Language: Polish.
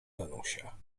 danusia